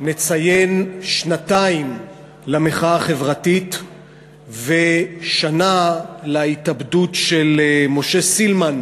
נציין שנתיים למחאה החברתית ושנה להתאבדות של משה סילמן,